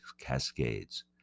Cascades